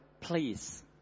please